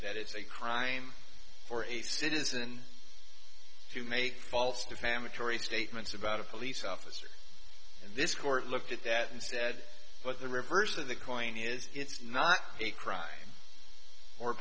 that it's a crime for a citizen to make false defamatory statements about a police officer and this court looked at that and said but the reverse of the coin is it's not a crime or